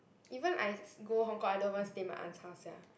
even I go Hong Kong I don't even stay my aunt's house sia